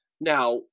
Now